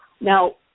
Now